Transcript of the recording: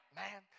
man